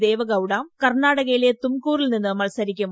ദേവഗൌഡ കർണ്ണാടകയിൽ തുംകൂറിൽ നിന്ന് മത്സരിക്കും